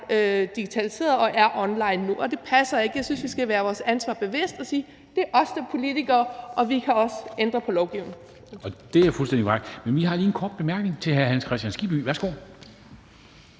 digitaliseret og er online nu. Det passer ikke – jeg synes, vi skal være os vores ansvar bevidst og sige: Det er os, der er politikere, og vi kan også ændre på lovgivningen. Kl. 14:14 Formanden (Henrik Dam Kristensen): Det er fuldstændig korrekt. Men vi har lige en kort bemærkning til hr. Hans Kristian Skibby. Værsgo.